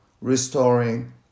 restoring